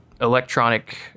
electronic